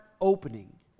opening